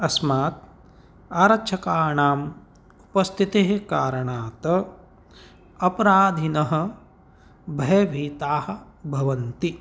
अस्मात् आरक्षकाणाम् उपस्थितेः कारणात् अपराधिनः भयभीताः भवन्ति